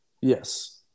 Yes